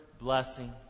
blessing